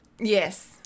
Yes